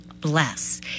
bless